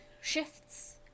shifts